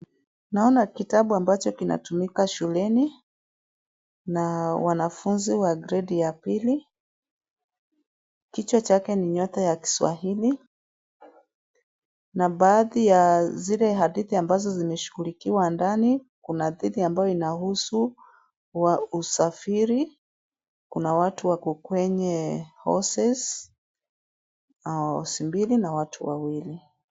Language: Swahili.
Naona kitabu ambacho kinatumika shuleni na wanafunzi wa gredi ya pili, kichwa chake ni Nyota ya Kiswahili na baadhi ya zile hadithi ambazo zimeshughulikiwa ndani, kuna hadithi ambayo inahusu usafiri, kuna watu wako kwenye horses . Horse mbili na watu wawili.